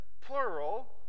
plural